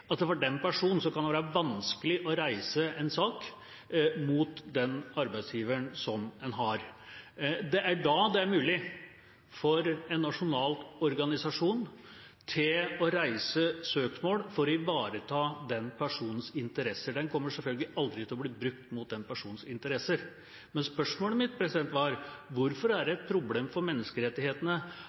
at det for den personen kan være vanskelig å reise en sak mot den arbeidsgiveren en har. Det er da det er mulig for en nasjonal organisasjon å reise søksmål for å ivareta den personens interesser. Den kommer selvfølgelig aldri til å bli brukt mot den personens interesser. Men spørsmålet mitt var: Hvorfor er det et problem for menneskerettighetene